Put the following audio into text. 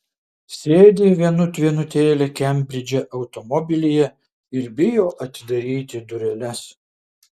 sėdi vienut vienutėlė kembridže automobilyje ir bijo atidaryti dureles